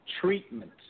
treatment